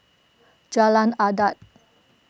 Jalan Adat